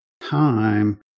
time